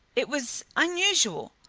it was unusual,